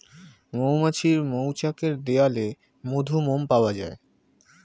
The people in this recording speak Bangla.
মৌমাছির মৌচাকের দেয়ালে মধু, মোম পাওয়া যায়